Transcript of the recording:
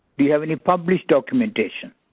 do you have any published documentation?